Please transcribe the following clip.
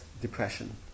depression